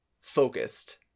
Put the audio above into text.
focused